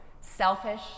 Selfish